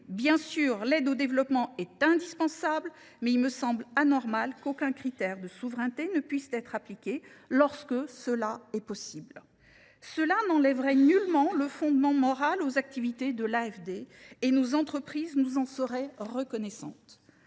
Si l’aide au développement est indispensable, il me paraît anormal qu’aucun critère de souveraineté ne soit appliqué lorsque cela est possible. Cela n’amoindrirait en rien le fondement moral des activités de l’AFD et nos entreprises nous en seraient reconnaissantes.